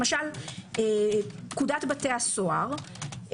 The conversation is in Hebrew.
למשל, פקודת בתי הסוהר,